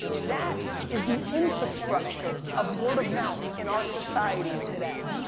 that is the infrastructure of word of mouth in our society today.